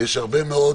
יש הרבה מאוד